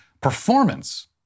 performance